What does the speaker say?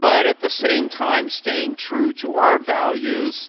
but at the same time, staying true to our values,